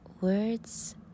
words